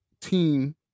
team